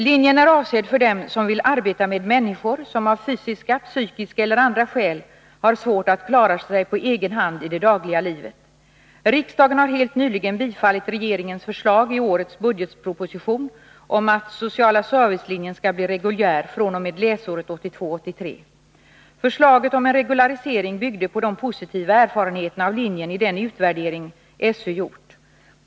Linjen är avsedd för dem som vill arbeta med människor, som av fysiska, psykiska eller andra skäl har svårt att klara sig på egen hand i det dagliga livet. Riksdagen har helt nyligen bifallit regeringens förslag i årets budgetproposition om att Ss-linjen skall bli reguljär fr.o.m. läsåret 1982/83. Förslaget om en regularisering byggde på de positiva erfarenheterna av linjen i den utvärdering SÖ gjort.